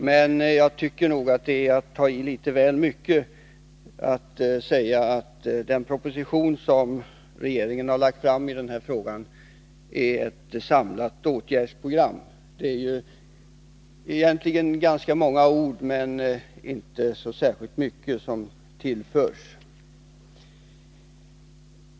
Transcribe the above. Men jag tycker nog att det är att ta i litet väl mycket att påstå att den proposition som regeringen lagt fram i denna fråga innehåller ett samlat åtgärdsprogram. Propositionen innehåller ganska många ord, men det är inte särskilt mycket som tillförs.